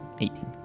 Eighteen